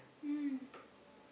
mm